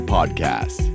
Podcast